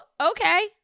okay